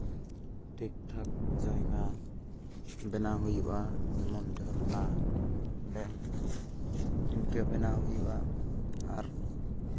ᱴᱷᱤᱠ ᱴᱷᱟᱠ ᱡᱟᱭᱜᱟ ᱵᱮᱱᱟᱣ ᱦᱩᱭᱩᱜᱼᱟ ᱡᱮᱢᱚᱱ ᱡᱷᱚᱨᱱᱟ ᱡᱮᱢᱚᱱ ᱰᱮᱢ ᱤᱱᱠᱟᱹ ᱵᱮᱱᱟᱣ ᱦᱩᱭᱩᱜᱼᱟ ᱟᱨ